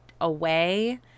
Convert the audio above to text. away